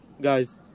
guys